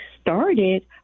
started